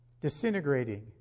disintegrating